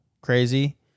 crazy